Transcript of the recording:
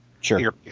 sure